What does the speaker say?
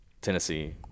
Tennessee